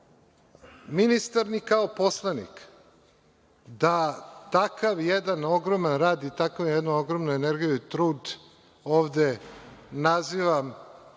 ministar ni kao poslanik da takav jedan ogroman rad i takvu jednu ogromnu energiju i trud ovde nazivam